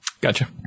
Gotcha